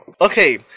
Okay